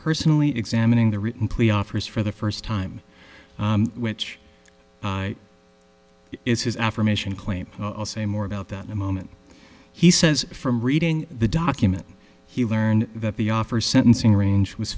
personally examining the written plea offers for the first time which is his affirmation claim i'll say more about that in a moment he says from reading the document he learned that the offer sentencing range was